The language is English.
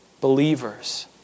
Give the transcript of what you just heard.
believers